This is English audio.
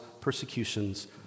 persecutions